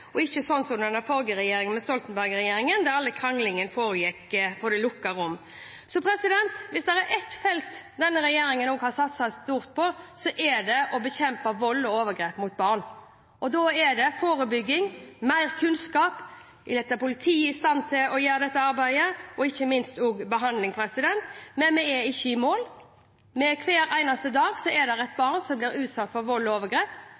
– ikke som under Stoltenberg-regjeringen, der all kranglingen foregikk i lukkede rom. Hvis det er noe denne regjeringen har satset stort på, er det å bekjempe vold og overgrep mot barn – med forebygging, mer kunnskap, istandsetting av politiet til å gjøre dette arbeidet og ikke minst behandling. Men vi er ikke i mål. Hver eneste dag blir et barn utsatt for vold og overgrep.